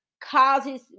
causes